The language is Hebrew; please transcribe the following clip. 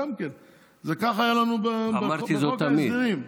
ככה היה לנו בחוק ההסדרים.